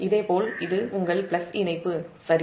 இதேபோல் இது உங்கள் பிளஸ் இணைப்பு சரி